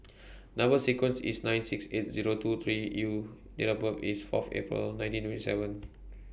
Number sequence IS nine six eight Zero two three U Date of birth IS Fourth April nineteen twenty seven